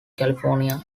california